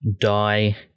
die